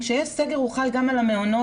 כשיש סגר, הוא חל גם על המעונות,